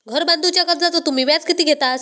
घर बांधूच्या कर्जाचो तुम्ही व्याज किती घेतास?